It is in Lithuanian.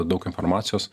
daug informacijos